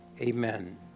Amen